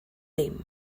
dim